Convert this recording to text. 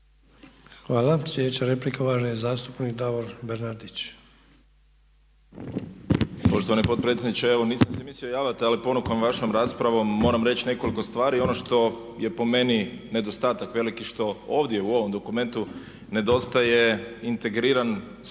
Hvala. Slijedeća replika uvaženi zastupnik Davor Bernardić. **Bernardić, Davor (SDP)** Poštovani potpredsjedniče, evo nisam se mislio javljati ali ponukan vašom raspravom moram reći nekoliko stvari. Ono što je po meni nedostatak veliki što ovdje u ovom dokumentu nedostaje integriran spomen